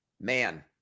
Man